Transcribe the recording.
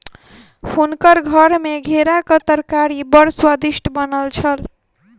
हुनकर घर मे घेराक तरकारी बड़ स्वादिष्ट बनल छल